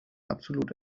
absolut